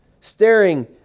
staring